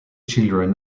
children